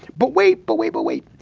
but wait, but wait, but wait,